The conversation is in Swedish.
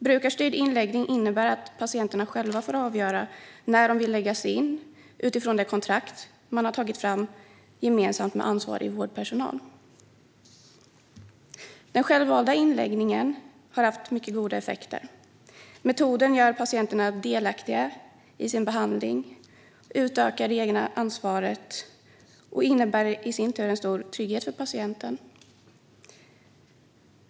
Brukarstyrd inläggning innebär att patienterna själva får avgöra när de vill läggas in, utifrån det kontrakt som tagits fram gemensamt med ansvarig vårdpersonal. Den självvalda inläggningen har gett mycket goda effekter. Metoden gör patienterna delaktiga i sin behandling och utökar det egna ansvaret, vilket innebär en stor trygghet för patienten.